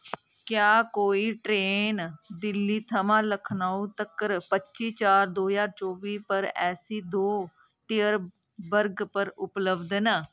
क्या कोई ट्रेन दिल्ली थमां लखनऊ तक्कर पच्ची चार दो ज्हार चौबी पर एसी दो टियर वर्ग पर उपलब्ध न